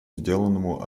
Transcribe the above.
сделанному